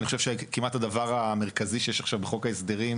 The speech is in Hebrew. אני חושב שכמעט הדבר המרכזי שיש עכשיו בחוק ההסדרים